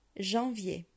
Janvier